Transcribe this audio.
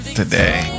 today